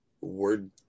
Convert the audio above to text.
word